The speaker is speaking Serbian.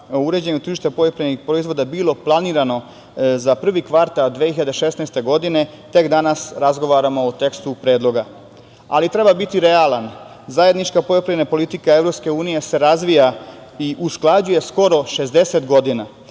uređenju tržišta poljoprivrednih proizvoda bilo planirano za prvi kvartal 2016. godine tek danas razgovaramo o tekstu predloga, ali treba biti realan. Zajednička poljoprivredna politika EU se razvija i usklađuje skoro 60 godina